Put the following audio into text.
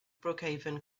brookhaven